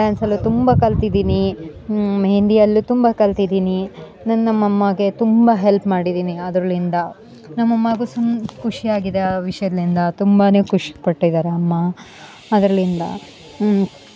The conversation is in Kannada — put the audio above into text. ಡ್ಯಾನ್ಸಲ್ಲು ತುಂಬ ಕಲ್ತಿದ್ದೀನಿ ಮೆಹೆಂದಿಯಲ್ಲು ತುಂಬ ಕಲ್ತಿದ್ದೀನಿ ನನ್ನ ನಮ್ಮ ಅಮ್ಮನಿಗೆ ತುಂಬ ಹೆಲ್ಪ್ ಮಾಡಿದ್ದೀನಿ ಅದ್ರಲ್ಲಿಂದ ನಮ್ಮ ಅಮ್ಮನಿಗೂ ತುಂಬ ಖುಷಿ ಆಗಿದೆ ಆ ವಿಷಯಲಿಂದ ತುಂಬಾನೆ ಖುಷಿ ಪಟ್ಟಿದಾರೆ ಅಮ್ಮ ಅದ್ರಲಿಂದ